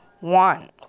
one